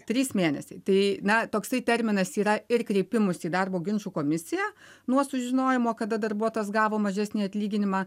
trys mėnesiai tai na toksai terminas yra ir kreipimuisi į darbo ginčų komisiją nuo sužinojimo kada darbuotojas gavo mažesnį atlyginimą